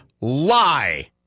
lie